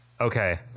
okay